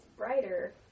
brighter